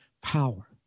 power